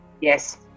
Yes